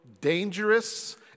dangerous